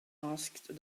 asked